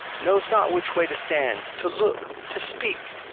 knows not which way to stand, to look, to speak,